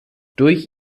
durch